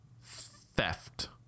theft